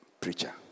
preacher